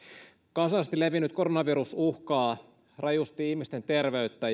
kansainvälisesti levinnyt koronavirus uhkaa rajusti ihmisten terveyttä